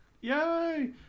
Yay